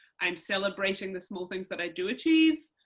i'm celebrating the small things that i do achieve,